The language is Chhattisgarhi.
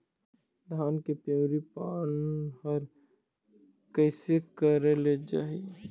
धान के पिवरी पान हर कइसे करेले जाही?